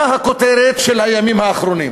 מה הכותרת של הימים האחרונים?